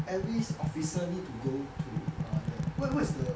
every officer need to go to uh the what what's the